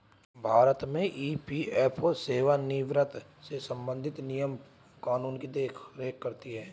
भारत में ई.पी.एफ.ओ सेवानिवृत्त से संबंधित नियम कानून की देख रेख करती हैं